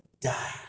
die